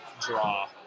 draw